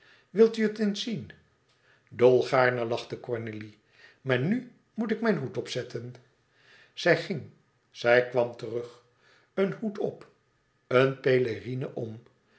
wil u het eens zien dolgaarne lachte cornélie maar nu moet ik mijn hoed opzetten zij ging zij kwam terug een hoed op een pélérine om